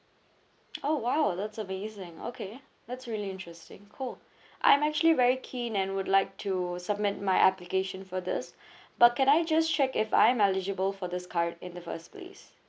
oh !wow! that's amazing okay that's really interesting cool I'm actually very keen and would like to submit my application for this but can I just check if I am eligible for this card in the first place